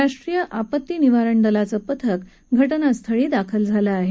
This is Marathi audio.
राष्ट्रीय आपत्ती निवारण दलाचं पथक घटनास्थळी दाखल झालं आहे